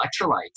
electrolytes